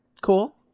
cool